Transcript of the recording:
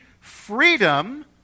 freedom